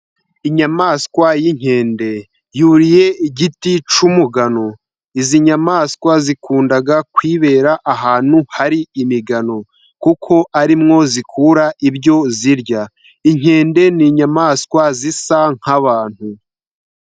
Inyamaswa y'inkende yuriye igiti cy'umugano, izi nyamaswa zikunda kwibera ahantu hari imigano kuko ari mwo zikura ibyo zirya, inkende ni inyamaswa zisa nk'abantu.